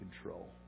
control